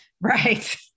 Right